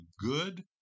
good